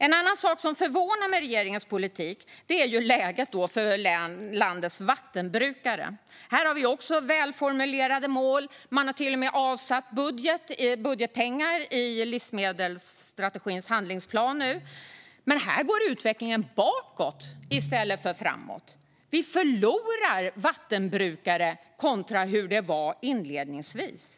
En annan sak som förvånar med regeringens politik är läget för landets vattenbrukare. Här har vi också välformulerade mål. Man har nu till och med avsatt budgetpengar i livsmedelsstrategins handlingsplan. Men utvecklingen går bakåt i stället för framåt. Vi förlorar vattenbrukare kontra hur det var inledningsvis.